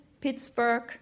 Pittsburgh